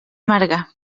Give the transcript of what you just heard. marga